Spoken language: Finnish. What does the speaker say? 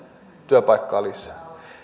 työpaikkaa lisää